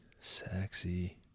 Sexy